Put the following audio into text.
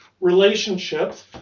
relationships